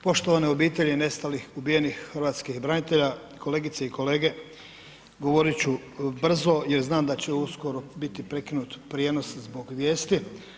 Poštovane obitelji nestalih, ubijenih hrvatskih branitelja, kolegice i kolege, govorit ću brzo jer znam da će uskoro biti prekinuti prijenos zbog vijesti.